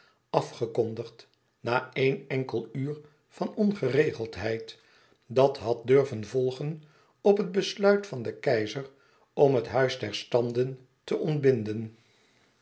afgekondigd na éen enkel uur van ongeregeldheid dat had durven volgen op het besluit van den keizer om het huis der standen te ontbinden